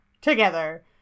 together